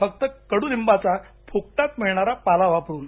फक्त कडूलिंबाचा फुकटात मिळणारा पाला वापरून